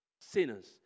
sinners